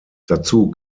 dazu